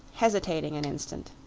hesitating an instant.